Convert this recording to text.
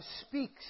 speaks